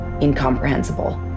incomprehensible